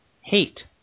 Hate